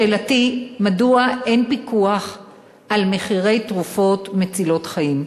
שאלתי: מדוע אין פיקוח על מחירי תרופות מצילות חיים?